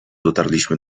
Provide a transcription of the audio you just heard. dotarliśmy